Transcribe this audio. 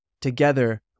Together